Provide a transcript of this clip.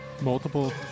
multiple